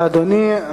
תודה לאדוני.